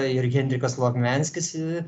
ir henrikas lovmianskis